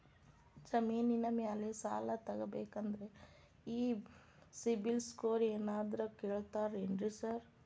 ಜಮೇನಿನ ಮ್ಯಾಲೆ ಸಾಲ ತಗಬೇಕಂದ್ರೆ ಈ ಸಿಬಿಲ್ ಸ್ಕೋರ್ ಏನಾದ್ರ ಕೇಳ್ತಾರ್ ಏನ್ರಿ ಸಾರ್?